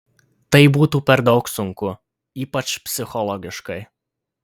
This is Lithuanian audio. tai būtų per daug sunku ypač psichologiškai